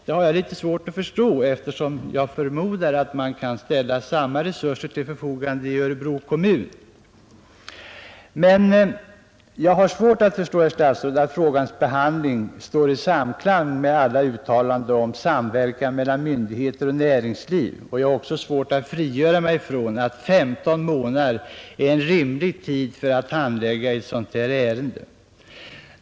Det har jag litet svårt att förstå, eftersom jag förmodar att man kan ställa samma resurser till förfogande i Örebro kommun. Jag kan inte finna, herr statsråd, att frågans behandling står i samklang med alla uttalanden om samverkan mellan myndigheter och näringsliv, och jag har svårt att inse att femton månader är en rimlig tid för att handlägga ett dylikt ärende.